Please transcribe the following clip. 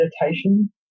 meditation